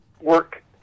work